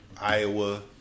Iowa